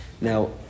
Now